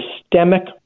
systemic